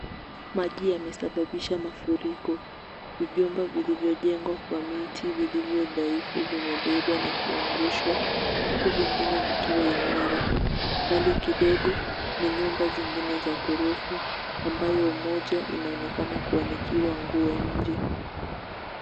Maji yamesababisha mafuriko. Vijumba vilivyojengwa kwa miti vilivyo dhaifu vimebebwa na kuangushwa huku vingine vikiwa imara. Mbali kidogo ni nyumba zingine za ghorofa ambayo moja inaonekana kuanikiwa nguo nje.